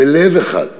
בלב אחד.